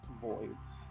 voids